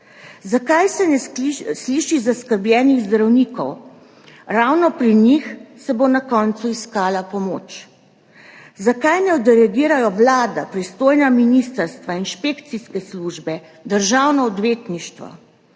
Zakaj se ne sliši zaskrbljenih zdravnikov? Ravno pri njih se bo na koncu iskala pomoč. Zakaj ne odreagirajo Vlada, pristojna ministrstva, inšpekcijske službe, Državno odvetništvo?